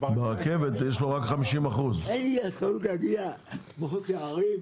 ברכבת יש לו רק 50%. אין לי הזכות להגיע מחוץ לערים?